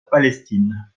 palestine